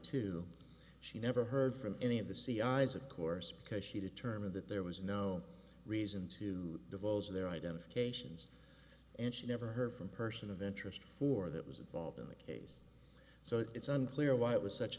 to she never heard from any of the cia's of course because she determined that there was no reason to divulge their identifications and she never heard from person of interest for that was involved in the case so it's unclear why it was such